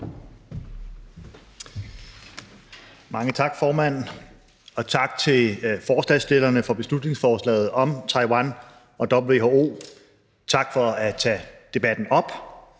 Mange tak, formand, og tak til forslagsstillerne for beslutningsforslaget om Taiwan og WHO. Tak for at tage debatten op.